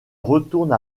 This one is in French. retourne